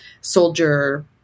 soldier